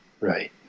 right